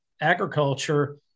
agriculture